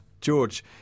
George